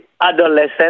adolescent